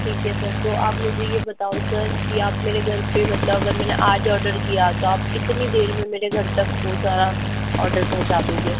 ठीक है सर तो आप मुझे यह बताओ सर कि आप मेरे घर पर मतलब अगर मैंने आज ऑर्डर किया तो आप कितनी देर में मेरे घर तक वो सारा ऑर्डर पहुँचा दोगे